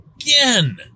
again